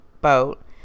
Boat